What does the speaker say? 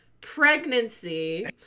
pregnancy